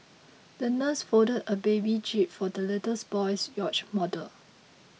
the nurse folded a paper jib for the little boy's yacht model